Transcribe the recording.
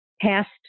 past